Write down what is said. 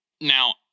Now